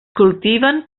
cultiven